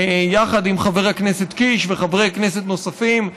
יחד עם חבר הכנסת קיש וחברי כנסת נוספים.